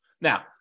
Now